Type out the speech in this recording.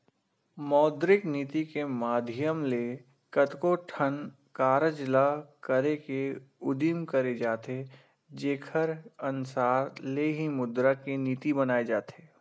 मौद्रिक नीति के माधियम ले कतको ठन कारज ल करे के उदिम करे जाथे जेखर अनसार ले ही मुद्रा के नीति बनाए जाथे